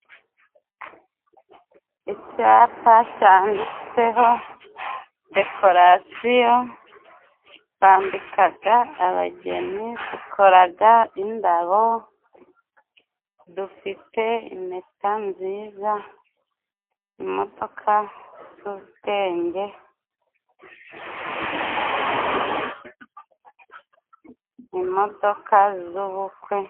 Icyapa cyanditseho dekorasiyo bambikaga abageni, dukoraga indabo ,dufite impeta nziza, imodoka z'ubwenge, imodoka z'ubukwe.